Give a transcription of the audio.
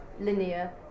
linear